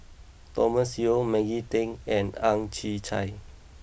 Thomas Yeo Maggie Teng and Ang Chwee Chai